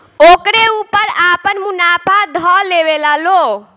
ओकरे ऊपर आपन मुनाफा ध लेवेला लो